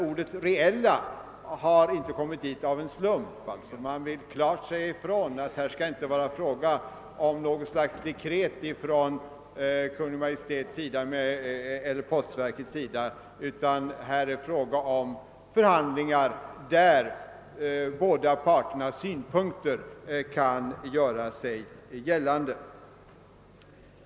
Ordet »reella» har inte kommit till av en slump — man vill klart markera att det här inte skall vara något slags dekret från Kungl. Maj:t eller från postverket, utan förhandlingar där båda parters synpunkter kan gör sig gällande.